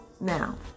Now